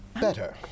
Better